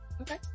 Okay